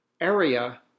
area